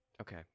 Okay